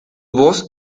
voz